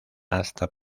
hasta